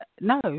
no